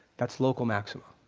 that's local maximum.